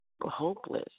hopeless